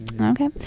Okay